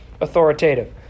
authoritative